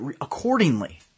accordingly